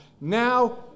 Now